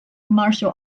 martial